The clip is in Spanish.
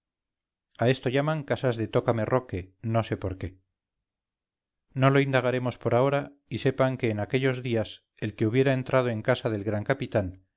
a esto llamaban casas de tócame roque no sé por qué no lo indagaremos por ahora y sepan que en aquellos días el que hubiera entrado en casa del gran capitán